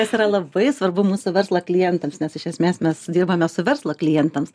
kas yra labai svarbu mūsų verslo klientams nes iš esmės mes dirbame su verslo klientams